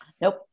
Nope